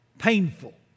Painful